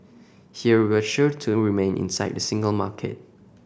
here we're sure to remain inside the single market